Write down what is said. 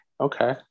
Okay